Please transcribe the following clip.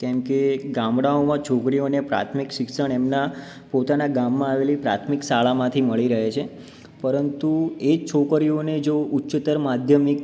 કેમકે ગામડાઓમાં છોકરીઓને પ્રાથમિક શિક્ષણ એમના પોતાનાં ગામમાં આવેલી પ્રાથમિક શાળામાંથી મળી રહે છે પરંતુ એ જ છોકરીઓને જો ઉચ્ચતર માધ્યમિક